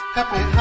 Happy